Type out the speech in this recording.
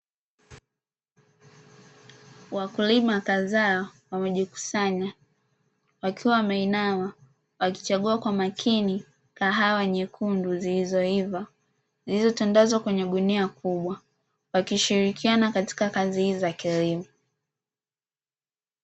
Wakulima kadhaa wamejikusanya wakiwa wameinama wakichagua kwa makini kahawa nyekundu zilizoiva. zilizotandazwa kwenye gunia kubwa wakishirikiana katika kazi hizi za kilimo.